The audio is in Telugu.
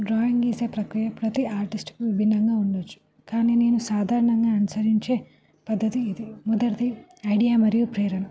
డ్రాయింగ్ ఈసే ప్రక్రియ ప్రతి ఆర్టిస్ట్కు విభిన్నంగా ఉండొచ్చు కానీ నేను సాధారణంగా అనుసరించే పద్ధతి ఇది మొదరిది ఐడియా మరియు ప్రేరణం